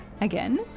Again